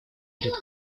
перед